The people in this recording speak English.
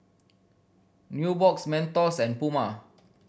Nubox Mentos and Puma